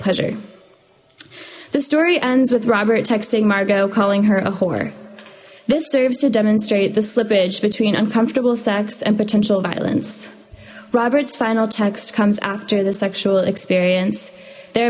pleasure the story ends with robert texting margo calling her a whore this serves to demonstrate the slippage between uncomfortable sex and potential violence roberts final text comes after the sexual experience